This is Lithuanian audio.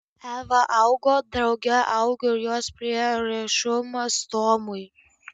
eva augo drauge augo ir jos prieraišumas tomui